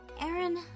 Aaron